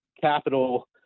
capital